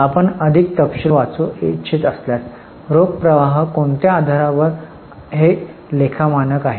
आपण अधिक तपशील वाचू इच्छित असल्यास रोख प्रवाह कोणत्या आधारावर हे लेखा मानक आहेत